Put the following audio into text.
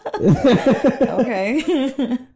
okay